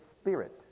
spirit